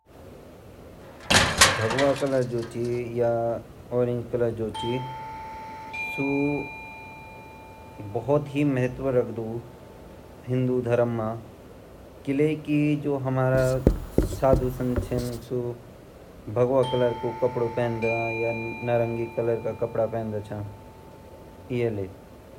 नारंगी रंग की तो छवि ही बहुत ऊँची ची किलेकी नारानगी रंग हमा संत महात्मा जुची जूनून सारा संसार मा सब कुछ त्यागीते नारंगी रंग अपनाया जु हमा झंडा रंग छिन पहली हरयु ची फिर डी ] सफ़ीद ची फिर सबसे माथि ची नारंगी रंग अर उ हमा वीरतागु सूचक ची ता नारंगी रंग मा ता भोत बडु त्याग ची।